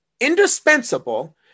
indispensable